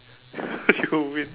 you win